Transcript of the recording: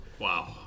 Wow